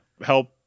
help